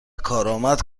کارآمد